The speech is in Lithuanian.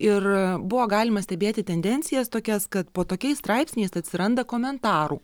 ir buvo galima stebėti tendencijas tokias kad po tokiais straipsniais atsiranda komentarų